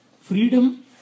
freedom